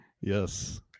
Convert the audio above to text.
yes